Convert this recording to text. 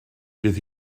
bydd